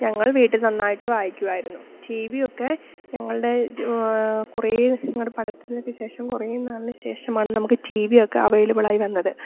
ഞങ്ങൾ വീട്ടിൽ നന്നായിട്ടു വായിക്കുമായിരുന്നു ടി വിയൊക്കെ ഞങ്ങളുടെ കുറേ ഞങ്ങളുടെ പഠനത്തിനൊക്കെ ശേഷം കുറേ നാളിനുശേഷമാണ് നമുക്ക് ടി വിയൊക്കെ അവൈലബിളായിവന്നത്